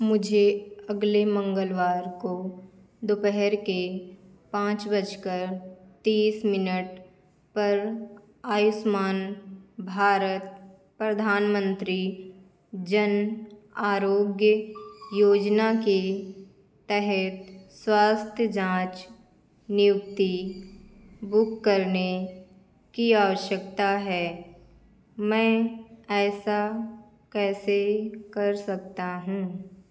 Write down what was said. मुझे अगले मंगलवार को दोपहर के पाँच बजकर तीस मिनट पर आयुष्मान भारत प्रधानमन्त्री जन आरोग्य योजना के तहत स्वास्थ्य जाँच नियुक्ति बुक करने की आवश्यकता है मैं ऐसा कैसे कर सकता हूँ